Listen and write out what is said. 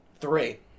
Three